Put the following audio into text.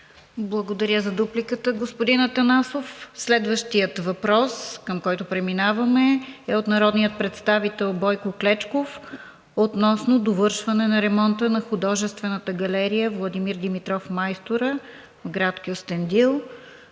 Благодаря за дупликата, господин Атанасов. Следващият въпрос, към който преминаваме, е от народния представител Бойко Клечков относно довършване на ремонта на Художествената галерия „Владимир Димитров – Майстора“ в Кюстендил.